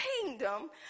kingdom